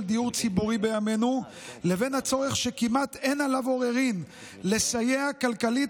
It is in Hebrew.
דיור ציבורי בימינו לבין הצורך שכמעט אין עליו עוררין לסייע כלכלית